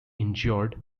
injured